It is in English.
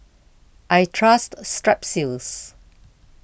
I trust Strepsils